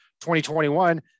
2021